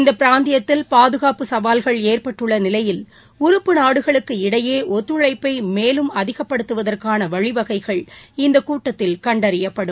இந்தப் பிராந்தியத்தில் பாதுகாப்பு சவால்கள் ஏற்பட்டுள்ளநிலையில் உறுப்பு நாடுகளுக்கு இடையேஒத்துழைப்பைமேலும் அதிகப்படுத்துவதற்கானவழி வகைகள் இந்தக் கூட்டத்தில் கண்டறியப்படும்